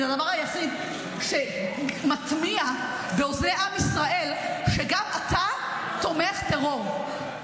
כי זה הדבר היחיד שמטמיע באוזני עם ישראל שגם אתה תומך טרור.